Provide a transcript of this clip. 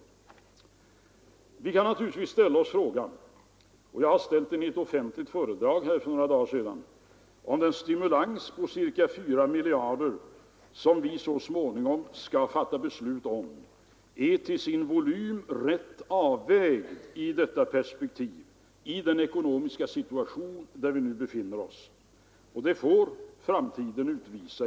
Vi kan naturligtvis ställa oss frågan — och jag har ställt den i ett offentligt föredrag för några dagar sedan — om den stimulans på ca 4 miljarder kronor som vi så småningom skall fatta beslut om är till sin volym rätt avvägd i detta perspektiv och i den ekonomiska situation där vi nu befinner oss. Det får framtiden utvisa.